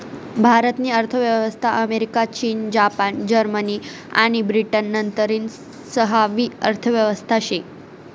भारत नी अर्थव्यवस्था अमेरिका, चीन, जपान, जर्मनी आणि ब्रिटन नंतरनी सहावी अर्थव्यवस्था शे